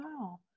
wow